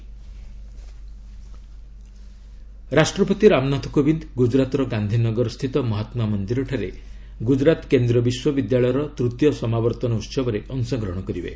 ପ୍ରେଜ୍ ଗୁଜୁରାତ ରାଷ୍ଟ୍ରପତି ରାମନାଥ କୋବିନ୍ଦ ଗୁଜୁରାତର ଗାନ୍ଧୀନଗରସ୍ଥିତ ମହାତ୍ମା ମନ୍ଦିରଠାରେ ଗୁଜୁରାତ କେନ୍ଦ୍ରୀୟ ବିଶ୍ୱବିଦ୍ୟାଳୟର ତୃତୀୟ ସମାବର୍ଭନ ଉତ୍ସବରେ ଅଂଶଗ୍ରହଣ କରିବେ